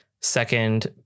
Second